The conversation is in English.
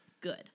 Good